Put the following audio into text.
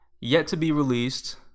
yet-to-be-released